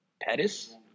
Pettis